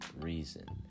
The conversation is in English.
reason